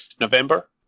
November